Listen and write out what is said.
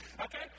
Okay